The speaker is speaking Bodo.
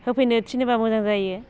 होफैनो थिनोबा मोजां जायो